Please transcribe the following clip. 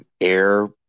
air